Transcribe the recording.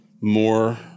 more